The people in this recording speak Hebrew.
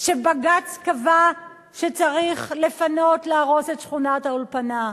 שבג"ץ קבע שצריך לפנות, להרוס את שכונת-האולפנה.